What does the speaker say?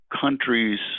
countries